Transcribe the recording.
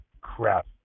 crap